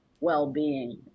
well-being